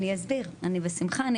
אני אסביר בשמחה.